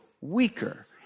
weaker